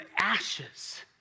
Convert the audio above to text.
ashes